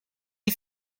you